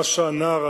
מה שהנער,